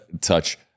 touch